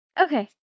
okay